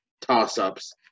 toss-ups